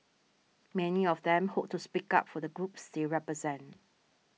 many of them hope to speak up for the groups they represent